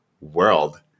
World